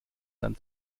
dann